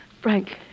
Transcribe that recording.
Frank